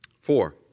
Four